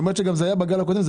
זה גם היה בגל הקודם.